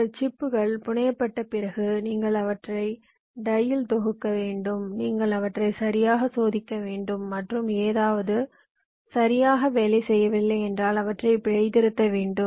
உங்கள் சிப்புகள் புனையப்பட்ட பிறகு நீங்கள் அவற்றை டையில் தொகுக்க வேண்டும் நீங்கள் அவற்றை சரியாக சோதிக்க வேண்டும் மற்றும் ஏதாவது சரியாக வேலை செய்யவில்லை என்றால் அவற்றை பிழைத்திருத்த வேண்டும்